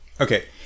okay